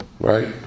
right